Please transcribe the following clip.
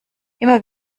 immer